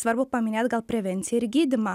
svarbu paminėt gal prevenciją ir gydymą